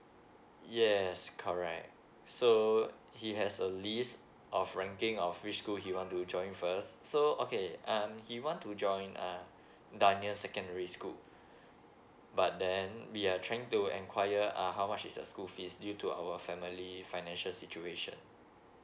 yes correct so he has a list of ranking of which school he want to join first so okay um he want to join uh dunearn secondary school but then we are trying to enquirer uh how much is the school fees due to our family financial situation